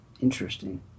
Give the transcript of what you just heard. Interesting